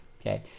okay